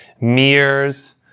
mirrors